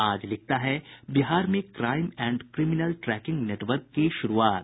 आज लिखता है बिहार में crime and criminal tracking network की शुरूआत